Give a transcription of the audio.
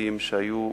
פוליטיים שהיו בהצעה,